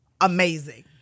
amazing